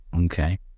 Okay